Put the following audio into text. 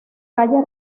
calle